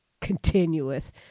continuous